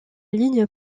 ligne